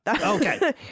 Okay